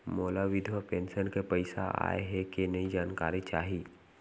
मोला विधवा पेंशन के पइसा आय हे कि नई जानकारी चाही?